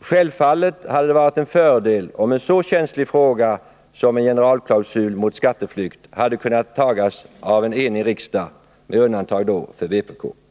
Självfallet hade det varit en fördel om en så känslig fråga som en generalklausul mot skatteflykt hade kunnat tas av en enig riksdag med undantag för vpk.